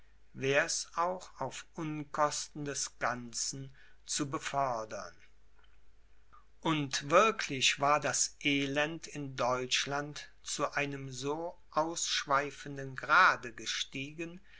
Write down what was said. vortheile wär's auch auf unkosten des ganzen zu befördern und wirklich war das elend in deutschland zu einem so ausschweifenden grade gestiegen